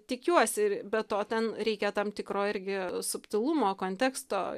tikiuosi ir be to ten reikia tam tikro irgi subtilumo konteksto